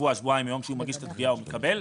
שבוע-שבועיים מיום שהוא מגיש את התביעה, הוא מקבל.